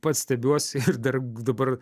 pats stebiuosi ir dar dabar